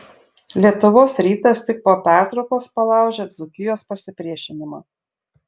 lietuvos rytas tik po pertraukos palaužė dzūkijos pasipriešinimą